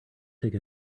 take